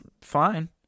fine